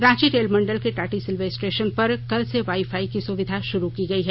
Ranchi rail मंडल के Tatisilwai station पर कल से वाई फाई की सुविधा भा़रू की गई है